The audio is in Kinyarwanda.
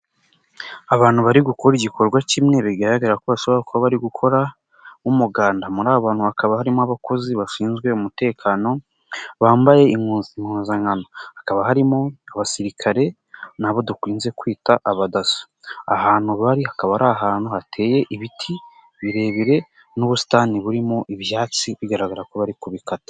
Abantu bari gukora igikorwa kimwe bigaragara ko bashobora kuba bari gukora nk'umuganda, muri abantu hakaba harimo abakozi bashinzwe umutekano bambaye impumpuzankano, hakaba harimo abasirikare n'abo dukunze kwita abadaso, ahantu bari akaba ari ahantu hateye ibiti birebire n'ubusitani burimo ibyatsi bigaragara ko bari kubikata.